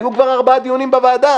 היו כבר ארבעה דיונים בוועדה,